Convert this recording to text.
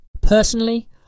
Personally